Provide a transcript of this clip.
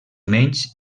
menys